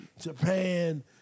Japan